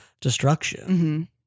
destruction